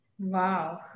Wow